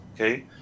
Okay